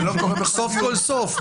סוף כל סוף,